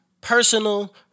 personal